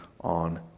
on